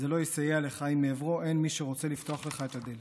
זה לא יסייע לך אם מעברו השני אין מי שרוצה לפתוח לך את הדלת.